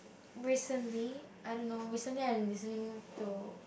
recently I don't know recently I've been listening to